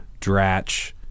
Dratch